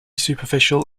superficial